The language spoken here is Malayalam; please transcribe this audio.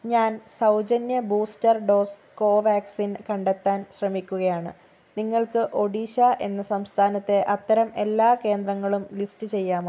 ഞാൻ സൗജന്യ ബൂസ്റ്റർ ഡോസ് കോവാക്സിൻ കണ്ടെത്താൻ ശ്രമിക്കുകയാണ് നിങ്ങൾക്ക് ഒഡീഷ എന്ന സംസ്ഥാനത്തെ അത്തരം എല്ലാ കേന്ദ്രങ്ങളും ലിസ്റ്റ് ചെയ്യാമോ